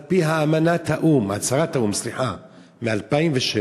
על-פי אמנת האו"ם, הצהרת האו"ם, סליחה, מ-2007: